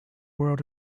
world